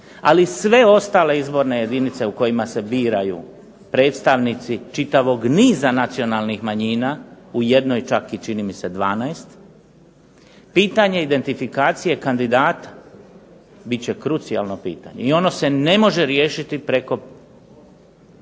Ali sve ostale izborne jedinice u kojima se biraju predstavnici čitavog niza nacionalnih manjina u jednoj čak i 12 pitanje identifikacije kandidata biti će krucijalno pitanje i ono se ne može riješiti preko